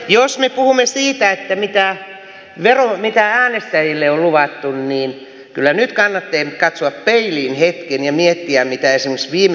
jos me puhumme siitä mitä äänestäjille on luvattu niin kyllä nyt kannattaa katsoa peiliin hetken ja miettiä mitä esimerkiksi viime kaudella teitte